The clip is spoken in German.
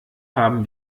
haben